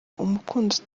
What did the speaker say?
umukunzi